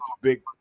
big